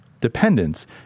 dependence